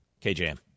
KJM